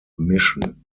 mission